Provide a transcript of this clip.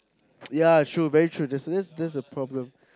ya true very true that's it is that's the problem